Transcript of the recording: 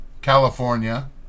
California